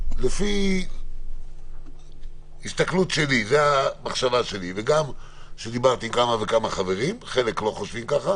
לפי הסתכלות שלי וגם דיברתי עם כמה וכמה חברים חלק לא חושבים ככה